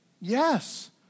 Yes